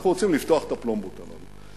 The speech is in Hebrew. אנחנו רוצים לפתוח את הפלומבות האלה.